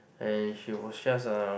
and she was just a